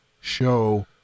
show